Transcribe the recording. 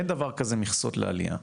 אין דבר כזה מכסות לעלייה.